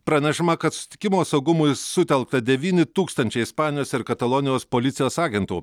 pranešama kad susitikimo saugumui sutelkta devyni tūkstančiai ispanijos ir katalonijos policijos agentų